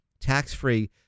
tax-free